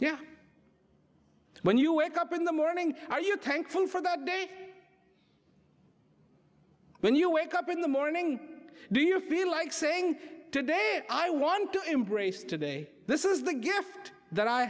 yeah when you wake up in the morning are you thankful for that day when you wake up in the morning do you feel like saying today i want to embrace today this is the gift that i